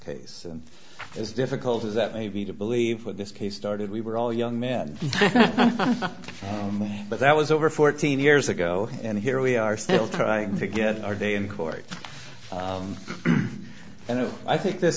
case and as difficult as that may be to believe what this case started we were all young men but that was over fourteen years ago and here we are still trying to get our day in court and i think th